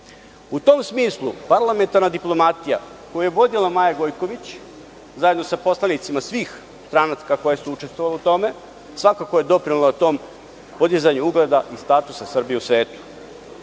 tom smislu parlamentarna diplomatija koju je vodila Maja Gojković, zajedno sa poslanicima svih stranaka koje su učestvovale u tome, svakako je doprinela tom podizanju ugleda i statusa Srbije u svetu. Kao